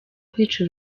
kwica